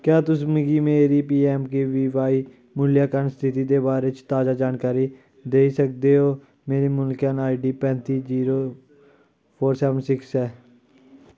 क्या तुस मिगी मेरी पीऐम्मकेवीवाई मूल्यांकन स्थिति दे बारे च ताजा जानकारी देई सकदे ओ मेरी मूल्यांकन आईडी पैंती जीरो फोर सैवन सिक्स ऐ